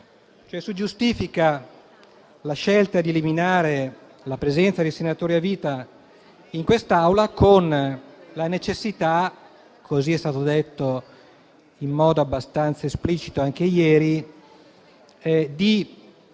Si giustifica, cioè, la scelta di eliminare la presenza dei senatori a vita in quest'Aula con la necessità - così è stato detto in modo abbastanza esplicito anche ieri - di